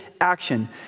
action